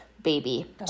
baby